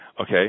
Okay